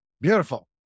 Beautiful